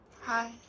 Hi